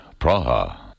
Praha